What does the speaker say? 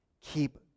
Keep